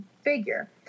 figure